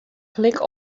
klik